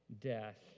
death